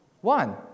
one